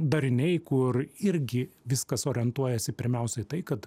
dariniai kur irgi viskas orientuojasi pirmiausia į tai kad